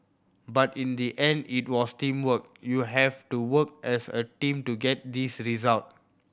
but in the end it was teamwork you have to work as a team to get this result